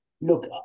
Look